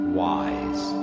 wise